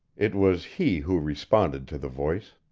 it was he who responded to the voice.